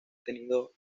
tenido